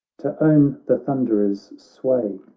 to own the thunderer's sway,